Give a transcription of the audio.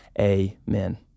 Amen